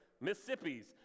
Mississippi's